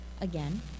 again